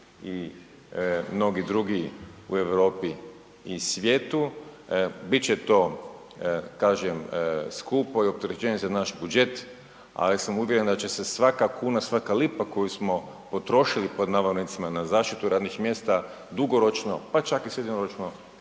i mnogi drugi u Europi i svijetu. Bit će to kažem skupo i opterećenje za naš budžet, ali sam uvjeren da će se svaka kuna, svaka lipa koju smo „potrošili“ na zaštitu radnih mjesta dugoročno pa čak i srednjoročno